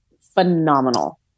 phenomenal